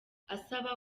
asaba